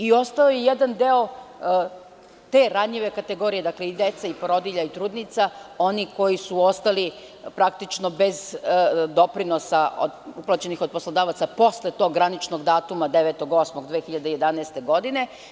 Ostao je jedan deo te ranjive kategorije, dakle, i dece i porodilja i trudnica, onih koji su ostali praktično bez doprinosa uplaćenih od poslodavaca posle tog graničnog datuma 9. avgusta 2011. godine.